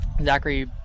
Zachary